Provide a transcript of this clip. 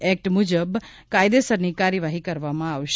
act મુજબ કાયદેસરની કાર્યવાહી કરવામાં આવશે